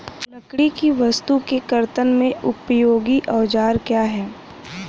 लकड़ी की वस्तु के कर्तन में उपयोगी औजार क्या हैं?